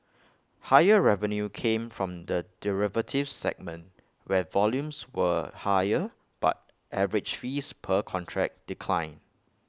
higher revenue came from the derivatives segment where volumes were higher but average fees per contract declined